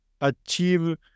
achieve